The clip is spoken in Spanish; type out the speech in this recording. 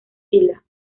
sila